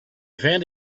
found